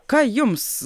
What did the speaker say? ką jums